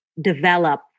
develop